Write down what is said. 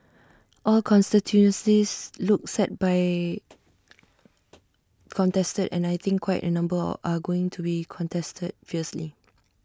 all constituencies look set by contested and I think quite A number of are going to be contested fiercely